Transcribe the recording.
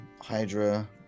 Hydra